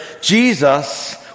Jesus